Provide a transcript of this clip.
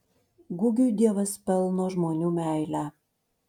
gugiui dievas pelno žmonių meilę